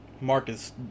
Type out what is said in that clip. Marcus